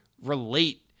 relate